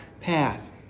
path